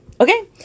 Okay